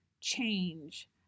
change